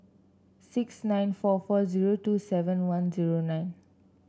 six nine four four zero two seven one zero nine